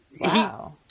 Wow